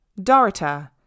Dorita